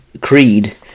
creed